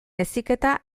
heziketa